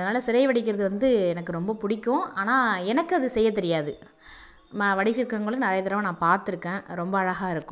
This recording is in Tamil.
அதனால் சிலை வடிக்கிறது வந்து எனக்கு ரொம்ப பிடிக்கும் ஆனால் எனக்கு அது செய்யத் தெரியாது ம வடிச்சிருக்கவங்களும் நிறைய தடவை நான் பார்த்துருக்கேன் ரொம்ப அழகாக இருக்கும்